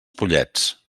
pollets